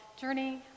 Journey